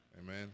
Amen